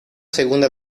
segunda